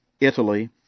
Italy